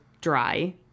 dry